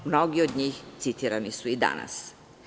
Mnogi od njih citirani su i danas.